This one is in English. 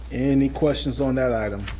any questions on that item?